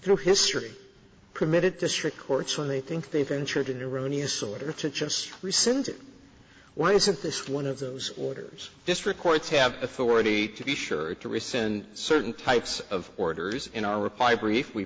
through history committed to strict courts when they think they ventured into rania's order to just rescind it why isn't this one of those orders district courts have authority to be sure to rescind certain types of orders in our reply brief